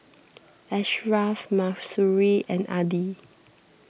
Ashraff Mahsuri and Adi